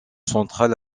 central